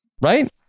Right